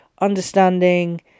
understanding